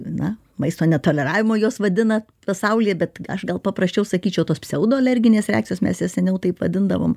na maisto netoleravimo juos vadina pasaulyje bet aš gal paprasčiau sakyčiau tos pseudoalerginės reakcijos mes seniau taip vadindavom